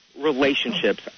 relationships